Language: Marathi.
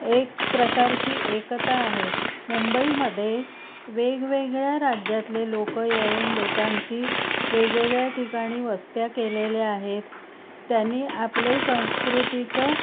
एक प्रकारची एकता आहे मुंबईमधे वेगवेगळ्या राज्यातले लोकं येऊन लोकांची वेगवेगळ्या ठिकाणी वस्त्या केलेल्या आहेत त्यांनी आपले संस्कृतीचं